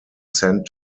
sent